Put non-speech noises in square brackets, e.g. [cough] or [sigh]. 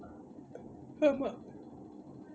[breath] ஆமா:aamaa